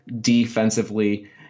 defensively